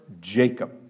Jacob